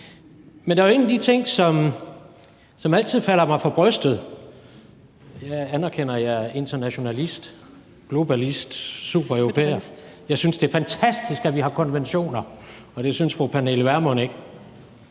Men der er nogle ting, der altid falder mig for brystet. Jeg anerkender, at jeg er internationalist, globalist, supereuropæer, og jeg synes, det er fantastisk, at vi har konventioner, og det synes fru Pernille Vermund ikke.